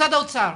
משרד האוצר,